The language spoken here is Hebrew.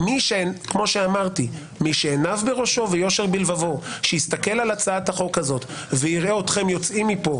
מי שעיניו בראשו ויושר בלבבו ויראה אתכם יוצאים מפה